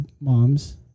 moms